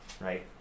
right